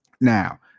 Now